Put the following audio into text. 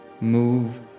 move